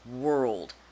world